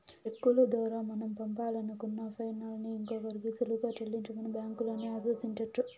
చెక్కుల దోరా మనం పంపాలనుకున్న పైసల్ని ఇంకోరికి సులువుగా సెల్లించమని బ్యాంకులని ఆదేశించొచ్చు